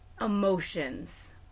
emotions